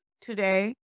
today